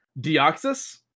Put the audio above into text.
Deoxys